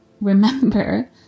remember